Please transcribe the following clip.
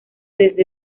desde